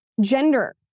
gender